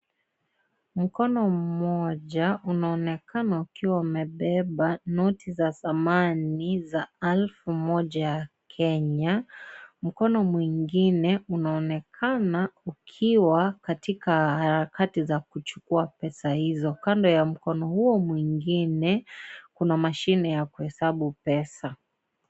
Mkono mmoja, unaonekana ukiwa umebeba noti za zamani za alfu moja ya Kenya. Mkono mwingine, unaonekana ukiwa katika harakati za kuchukua pesa hizo. Kando ya mkono huo mwingine, kuna mashine ya kuhesabu pesa.